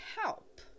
help